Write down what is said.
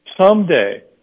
someday